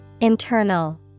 Internal